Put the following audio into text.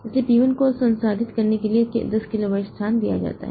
इसलिए P 1 को संसाधित करने के लिए 10 किलोबाइट स्थान दिया जाता है